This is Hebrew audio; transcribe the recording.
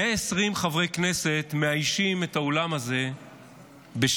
120 חברי כנסת מאיישים את האולם הזה בשגרה,